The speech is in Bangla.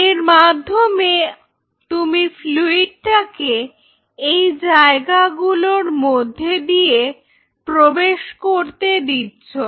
এর মাধ্যমে তুমি ফ্লুইডটাকে এই জায়গাগুলোর মধ্যে দিয়ে প্রবেশ করতে দিচ্ছো